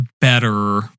better